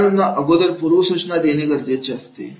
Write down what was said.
खेळांडूना अगोदर पूर्वसूचना देणे गरजेचे असते